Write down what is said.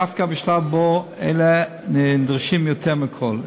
דווקא בשלב שבו אלה נדרשים יותר מכול.